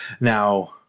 now